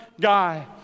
guy